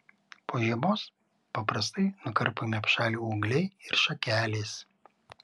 po žiemos paprastai nukarpomi apšalę ūgliai ir šakelės